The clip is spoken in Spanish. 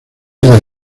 del